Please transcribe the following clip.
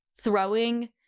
throwing